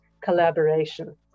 collaboration